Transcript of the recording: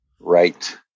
right